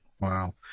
Wow